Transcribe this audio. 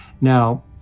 now